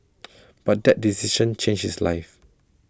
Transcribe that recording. but that decision changed his life